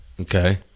okay